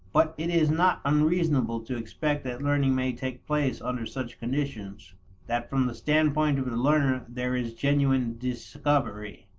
but it is not unreasonable to expect that learning may take place under such conditions that from the standpoint of the learner there is genuine discovery.